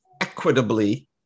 equitably